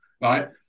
right